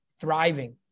thriving